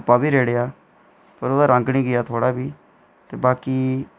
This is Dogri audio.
धुप्पा बी रेड़ेआ पर ओह्दा रंग निं गेआ थोह्ड़ा बी ते बाकी